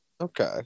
okay